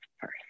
first